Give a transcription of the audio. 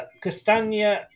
Castagna